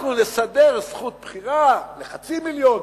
אנחנו נסדר זכות בחירה לחצי מיליון,